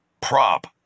prop